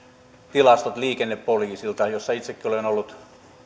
tilastot liikennepoliisilta jossa itsekin olen ollut